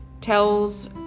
tells